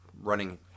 running